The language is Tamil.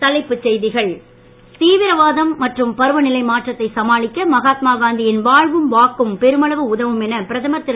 மீண்டும் தலைப்புச் செய்திகள் தீவிரவாதம் மற்றும் பருவநிலை மாற்றத்தை சமாளிக்க மகாத்மா காந்தியின் வாழ்வும் வாக்கும் பெருமளவு உதவும் என பிரதமர் திரு